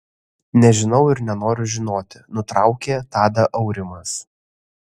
nežinau ir nenoriu žinoti nutraukė tadą aurimas